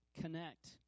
Connect